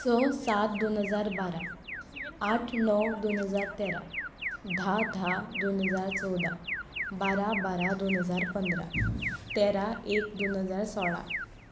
स सात दोन हजार बारा आठ णव दोन हजार तेरा धा धा दोन हजार चवदा बारा बारा दोन हजार पंदरा तेरा एक दोन हजार सोळा